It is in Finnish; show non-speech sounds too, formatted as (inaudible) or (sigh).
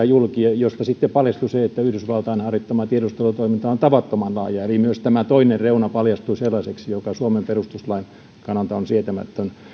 (unintelligible) julki salaisuuksia joista sitten paljastui että yhdysvaltain harjoittama tiedustelutoiminta on tavattoman laajaa eli myös tämä toinen reuna paljastui sellaiseksi joka suomen perustuslain kannalta on sietämätön